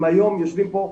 אם היום יושבים פה,